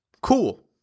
cool